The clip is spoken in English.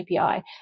API